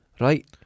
Right